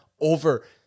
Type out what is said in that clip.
over